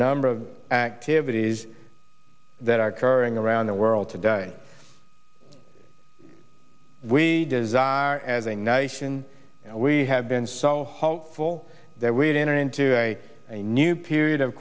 number of activities that are occurring around the world today we desire as a nation we have been so hopeful that we would enter into a new period of